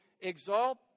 exalt